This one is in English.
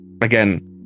again